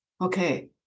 okay